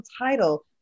title